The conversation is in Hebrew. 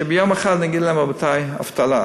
וביום אחד נגיד להם: רבותי, אבטלה.